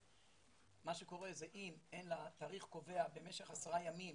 מה שקורה זה שאם אין לה תאריך קובע במשך עשרה ימים